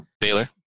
Baylor